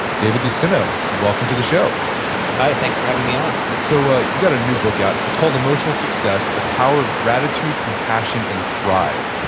david desteno, welcome to the show hi, thanks for having me on so ah you got a new book out. it's called emotional success the power of gratitude, compassion, and pride.